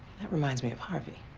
that reminds me of harvey.